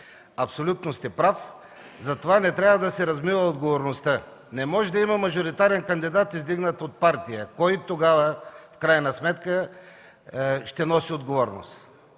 абсолютно сте прав – не трябва да се размива отговорността. Не може да има мажоритарен кандидат издигнат от партия. Кой в крайна сметка ще носи отговорност?